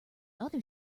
other